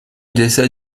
décède